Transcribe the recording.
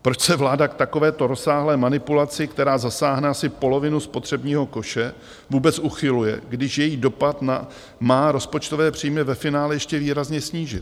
Proč se vláda k takovéto rozsáhlé manipulaci, která zasáhne asi polovinu spotřebního koše, vůbec uchyluje, když její dopad má rozpočtové příjmy ve finále ještě výrazně snížit.